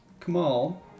Kamal